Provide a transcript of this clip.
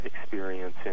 experience